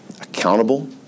accountable